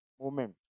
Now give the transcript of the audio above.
moment